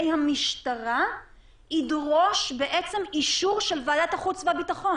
המשטרה ידרוש אישור של ועדת החוץ והביטחון.